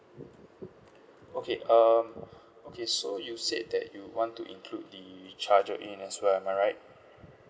okay um okay so you said that you want to include the charger in as well am I right